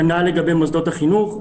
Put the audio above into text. כנ"ל לגבי מוסדות החינוך.